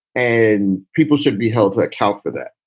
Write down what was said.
and people should be held to account for that.